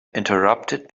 interrupted